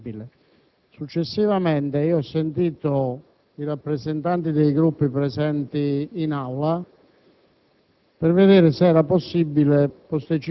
hanno sollevato alla Presidenza una questione relativa ai lavori di domani. Si chiedeva di sospendere